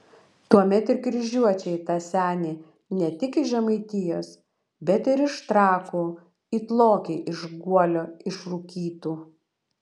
tuomet ir kryžiuočiai tą senį ne tik iš žemaitijos bet ir iš trakų it lokį iš guolio išrūkytų